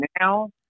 Now